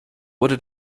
wurde